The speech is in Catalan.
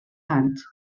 anys